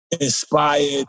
inspired